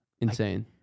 Insane